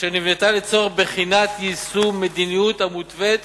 אשר נבנתה לצורך בחינת יישום מדיניות המותווית